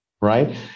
right